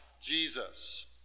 Jesus